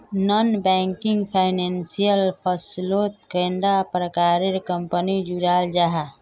Non banking financial फसलोत कैडा प्रकारेर कंपनी जुराल जाहा?